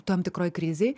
tam tikroj krizėj